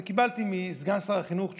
וקיבלתי מסגן שר החינוך תשובה,